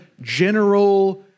general